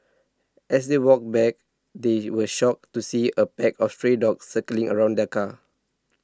as they walked back they were shocked to see a pack of stray dogs circling around the car